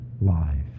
life